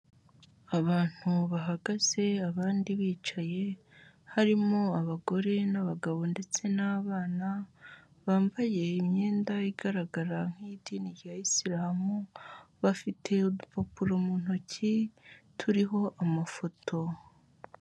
Abantu bahagaze abandi bicaye harimo abagore n'abagabo ndetse n'abana bambaye imyenda igaragara nk'iy'idini rya isilamu bafite udupapuro mu ntoki turiho amafoto.